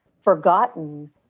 forgotten